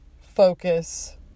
focus